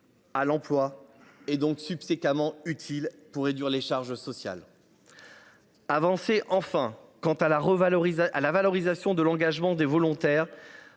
à l’emploi. Il est donc subséquemment utile pour réduire les charges sociales. Dernière avancée, enfin : la valorisation de l’engagement des volontaires